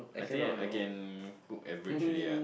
I think I can cook averagely ah